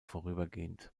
vorübergehend